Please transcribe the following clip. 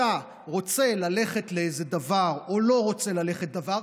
רוצה ללכת לדבר או לא רוצה ללכת לדבר,